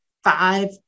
five